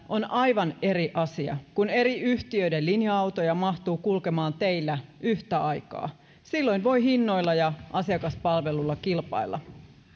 on aivan eri asia kun eri yhtiöiden linja autoja mahtuu kulkemaan teillä yhtä aikaa silloin voi hinnoilla ja asiakaspalvelulla kilpailla